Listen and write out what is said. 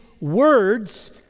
words